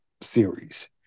series